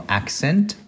accent